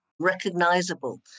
recognizable